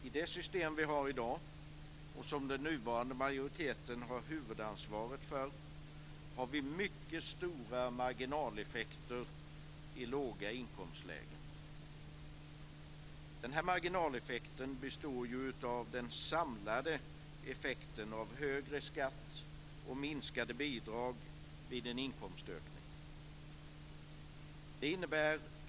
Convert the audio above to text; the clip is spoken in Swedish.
I det system vi har i dag, och som den nuvarande majoriteten har huvudansvaret för, har vi mycket stora marginaleffekter i låga inkomstlägen. Marginaleffekten består av den samlade effekten av högre skatt och minskade bidrag vid en inkomstökning.